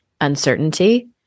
uncertainty